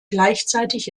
gleichzeitig